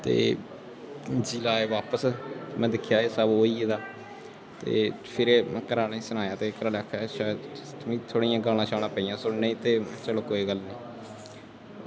ते जिसलै आए बापस ते में दिक्खेआ एह् सब होई गेदा हा ते एह् फिर सनाया ते घरै आह्ले आक्खन लग्गे कि अस छड़ियां गालां पेइयां ते कोई गल्ल निं